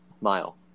mile